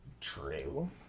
True